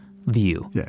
view